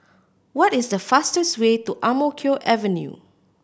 what is the fastest way to Ang Mo Kio Avenue